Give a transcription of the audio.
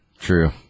True